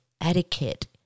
etiquette